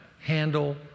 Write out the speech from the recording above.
handle